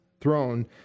throne